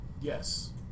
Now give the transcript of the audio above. Yes